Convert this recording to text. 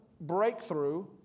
breakthrough